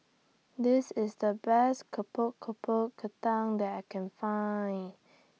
This IS The Best Kentang that I Can Find